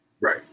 Right